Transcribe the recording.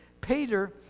Peter